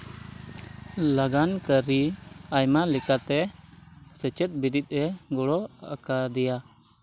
ᱞᱟᱜᱟᱱᱠᱟᱹᱨᱤ ᱟᱭᱢᱟ ᱞᱮᱠᱟᱛᱮ ᱥᱮᱪᱮᱫ ᱵᱤᱨᱤᱫᱼᱮ ᱜᱚᱲᱚ ᱟᱠᱟᱫᱮᱭᱟ